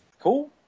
Cool